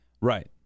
Right